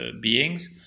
beings